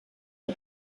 der